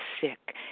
sick